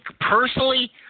personally